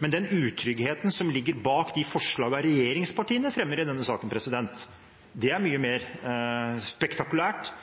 Men den utryggheten som ligger bak de forslagene regjeringspartiene fremmer i denne saken, er mye mer spektakulær og mye mer uavklart. Saksordføreren har selv erkjent gjennom sin framleggelse av saken at det er